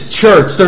church